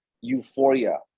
euphoria